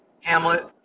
Hamlet